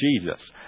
Jesus